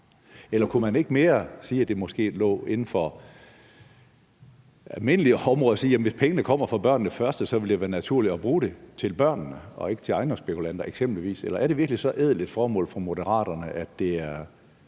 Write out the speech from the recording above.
Eller kunne man ikke mere sige, at det måske lå inden for det almindelige område at sige, at hvis pengene kommer fra »Børnene Først«, ville det være naturligt at bruge dem på børnene og ikke på ejendomsspekulanter eksempelvis? Eller er det virkelig et ædelt formål for Moderaterne, at det er